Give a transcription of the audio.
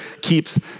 keeps